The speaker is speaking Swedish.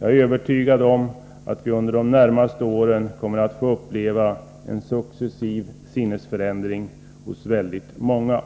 Jag är övertygad om att vi under de närmaste åren kommer att få uppleva en successiv sinnesförändring hos många.